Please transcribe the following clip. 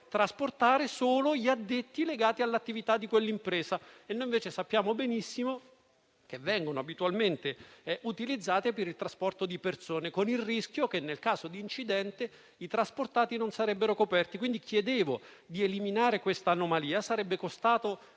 trasportare solo gli addetti legati all'attività di quell'impresa. Noi, invece, sappiamo benissimo che vengono abitualmente utilizzati per il trasporto di persone, con il rischio che, nel caso di incidente, i trasportati non sarebbero coperti. Chiedevo di eliminare questa anomalia. Sarebbe costato